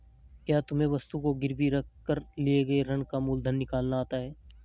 क्या तुम्हें वस्तु को गिरवी रख कर लिए गए ऋण का मूलधन निकालना आता है?